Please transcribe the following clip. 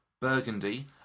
Burgundy